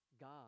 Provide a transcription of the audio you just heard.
God